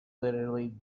literally